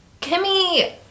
Kimmy